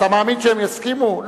אתה מאמין שהם יסכימו?